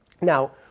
Now